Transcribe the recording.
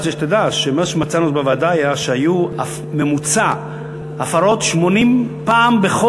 אני רוצה שתדע שמצאנו בוועדה שהיו בממוצע 80 הפרות בחודש.